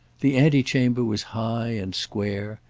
the antechamber was high and square,